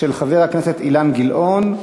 של חבר הכנסת אילן גילאון.